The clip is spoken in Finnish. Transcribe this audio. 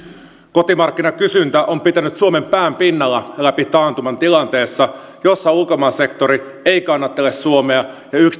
kotimarkkinakysyntä on pitänyt suomen pään pinnalla läpi taantuman tilanteessa jossa ulkomaan sektori ei kannattele suomea ja yksityinen sektori